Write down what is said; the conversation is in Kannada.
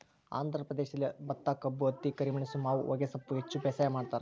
ಆಂಧ್ರ ಪ್ರದೇಶದಲ್ಲಿ ಭತ್ತಕಬ್ಬು ಹತ್ತಿ ಕರಿಮೆಣಸು ಮಾವು ಹೊಗೆಸೊಪ್ಪು ಹೆಚ್ಚು ಬೇಸಾಯ ಮಾಡ್ತಾರ